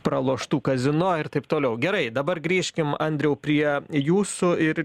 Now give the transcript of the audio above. praloštų kazino ir taip toliau gerai dabar grįžkim andriau prie jūsų ir